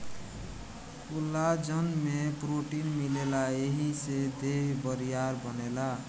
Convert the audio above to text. collagen में protein मिलेला एही से देह बरियार बनेला